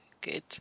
good